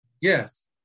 Yes